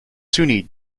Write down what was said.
sunni